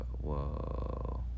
Whoa